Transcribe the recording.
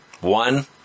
One